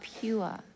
pure